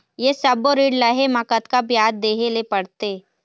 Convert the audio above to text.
ये सब्बो ऋण लहे मा कतका ब्याज देहें ले पड़ते?